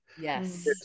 Yes